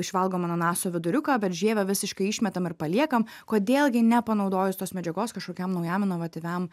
išvalgom ananaso viduriuką bet žievę visiškai išmetam ir paliekam kodėl gi nepanaudojus tos medžiagos kažkokiam naujam inovatyviam